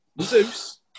Zeus